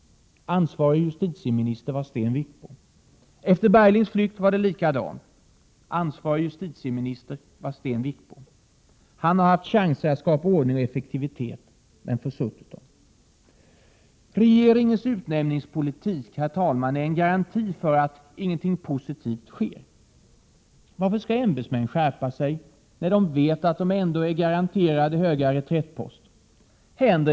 Ansvarig justitieminister var Sten Wickbom. Efter Berglings flykt var det likadant. Ansvarig justitieminister var Sten Wickbom. Han har haft chanser att skapa ordning och effektivitet — men försuttit dem. Regeringens utnämningspolitik är en garanti för att ingenting positivt sker. Varför skall ämbetsmän skärpa sig när de vet att de ändå är garanterade höga — Prot. 1987/88:132 reträttposter?